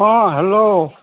অ hello